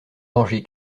danger